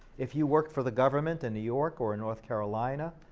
if you worked for the government in new york or in north carolina,